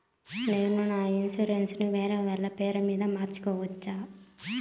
నేను నా ఇన్సూరెన్సు ను వేరేవాళ్ల పేరుపై మార్సుకోవచ్చా?